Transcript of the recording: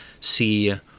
see